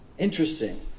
Interesting